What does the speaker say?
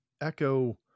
echo